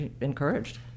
encouraged